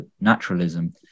naturalism